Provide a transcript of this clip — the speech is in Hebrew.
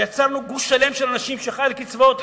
ויצרנו גוש שלם של אנשים שחי על קצבאות,